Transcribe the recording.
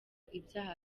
ibyaha